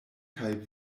kaj